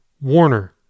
Warner